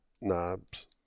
knobs